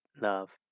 love